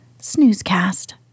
Snoozecast